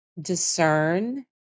discern